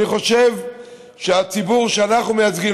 אני חושב שהציבור שאנחנו מייצגים,